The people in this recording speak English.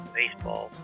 baseball